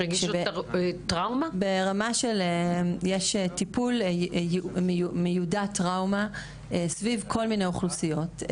יש טיפול מיודע טראומה סביב כל מיני אוכלוסיות.